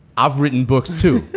i've written books, too.